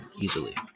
easily